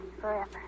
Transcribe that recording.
forever